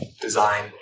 design